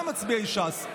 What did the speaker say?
גם מצביעי ש"ס,